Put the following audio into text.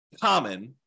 common